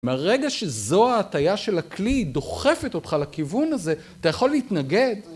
מהרגע שזו ההטייה של הכלי היא דוחפת אותך לכיוון הזה, אתה יכול להתנגד.